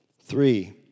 Three